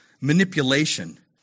manipulation